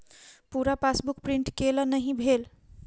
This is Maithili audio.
पूरा पासबुक प्रिंट केल नहि भेल